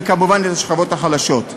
וכמובן את השכבות החלשות.